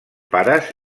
pares